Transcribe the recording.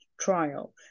trial